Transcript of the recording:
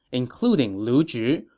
including lu zhi,